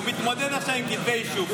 הוא מתמודד עכשיו עם כתבי אישום.